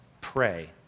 pray